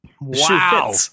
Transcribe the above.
Wow